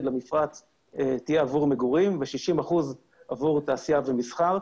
למפרץ תהיה עבור מגורים ו-60 אחוזים עבור תעשייה ומסחר,